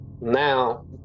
Now